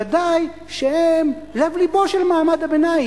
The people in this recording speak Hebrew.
ודאי שהם לב לבו של מעמד הביניים.